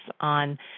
on